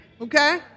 Okay